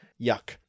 yuck